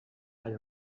tant